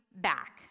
back